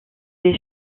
des